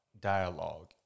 dialogue